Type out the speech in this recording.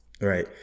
Right